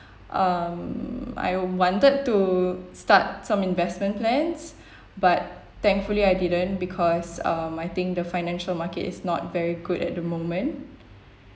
um I wanted to start some investment plans but thankfully I didn't because um I think the financial market is not very good at the moment